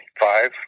five